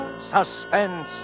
Suspense